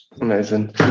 Amazing